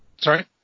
Sorry